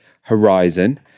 horizon